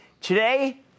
today